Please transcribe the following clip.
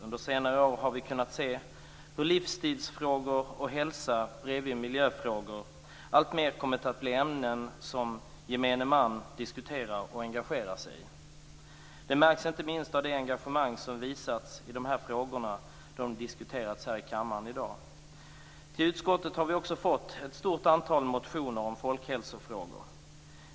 Under senare år har vi kunnat se hur livsstilsfrågor och hälsa bredvid miljöfrågor alltmer kommit att bli ämnen som gemene man diskuterar och engagerar sig i. Det märks inte minst av det engagemang som visats i de här frågorna då de diskuterats här i kammaren i dag. Till utskottet har vi också fått ett stort antal motioner om folkhälsofrågor.